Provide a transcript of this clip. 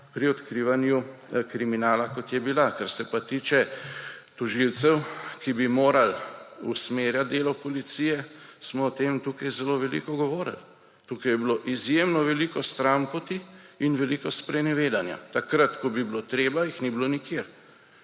pri odkrivanju kriminala, kot je bila. Kar se pa tiče tožilcev, ki bi morali usmerjati delo policije, smo o tem tukaj zelo veliko govoril. Tukaj je bilo izjemno veliko stranpoti in veliko sprenevedanja. Takrat, ko bi bilo treba, jih ni bilo nikjer,